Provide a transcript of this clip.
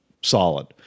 solid